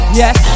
yes